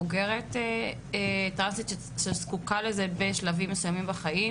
בוגרת שזקוקה לזה בשלבים מסוימים בחיים?